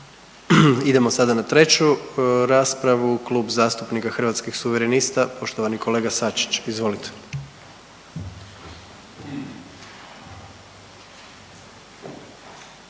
Idemo sada na 3. raspravu, Klub zastupnika Hrvatskih suverenista, poštovani kolega Sačić, izvolite.